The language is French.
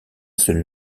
seul